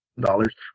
dollars